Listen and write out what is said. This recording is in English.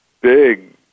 big